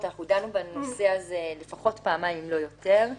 דנו בנושא הזה לפחות פעמיים, אם לא יותר.